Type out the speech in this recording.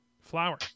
Flower